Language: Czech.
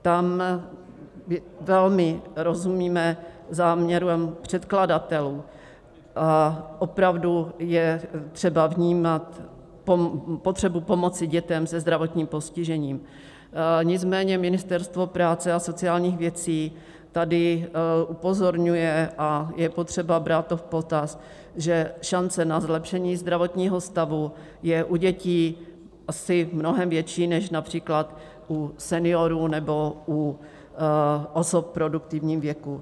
Tam velmi rozumíme záměrům předkladatelů, opravdu je třeba vnímat potřebu pomoci dětem se zdravotním postižením, nicméně Ministerstvo práce a sociálních věcí tady upozorňuje, a je potřeba to brát v potaz, že šance na zlepšení zdravotního stavu je u dětí asi mnohem větší než například u seniorů nebo u osob v produktivním věku.